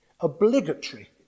obligatory